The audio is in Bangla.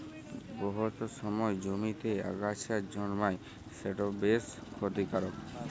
বহুত সময় জমিতে আগাছা জল্মায় যেট বেশ খ্যতিকারক